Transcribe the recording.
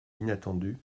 inattendu